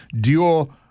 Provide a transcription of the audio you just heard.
dual